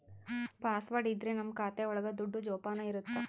password ಇದ್ರೆ ನಮ್ ಖಾತೆ ಒಳಗ ದುಡ್ಡು ಜೋಪಾನ ಇರುತ್ತೆ